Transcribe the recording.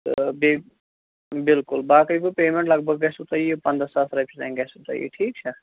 تہٕ بیٚیہِ بِلکُل باقٕے گوٚو پیمٮ۪نٛٹ لگ بگ گژھوٕ تۄہہِ یہِ پنٛداہ ساس رۄپیہِ تانۍ گٔژھوٕ تۄہہِ یہِ ٹھیٖک چھا